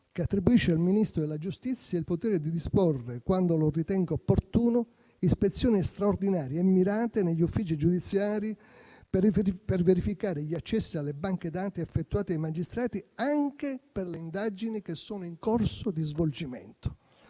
che attribuisce al Ministro della giustizia il potere di disporre, quando lo ritenga opportuno, ispezioni straordinarie e mirate negli uffici giudiziari per verificare gli accessi alle banche dati effettuate dai magistrati, anche per le indagini che sono in corso di svolgimento.